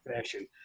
fashion